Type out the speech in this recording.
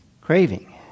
craving